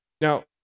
Now